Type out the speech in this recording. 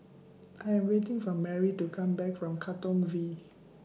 I Am waiting For Merry to Come Back from Katong V